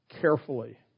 carefully